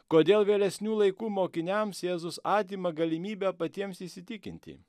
kodėl vėlesnių laikų mokiniams jėzus atima galimybę patiems įsitikinti